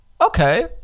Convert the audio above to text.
okay